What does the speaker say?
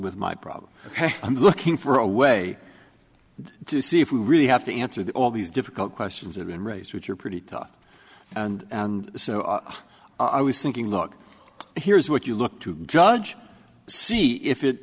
with my problem ok i'm looking for a way to see if you really have to answer the all these difficult questions have been raised which are pretty tough and i was thinking look here's what you look to judge see if it